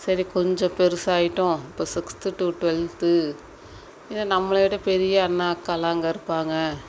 சரி கொஞ்சம் பெருசாகிட்டோம் இப்போ சிக்ஸ்த்து டு டுவெல்த்து ஏ நம்மளை விட பெரிய அண்ணா அக்காலாம் அங்கே இருப்பாங்க